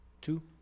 two